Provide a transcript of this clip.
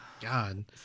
God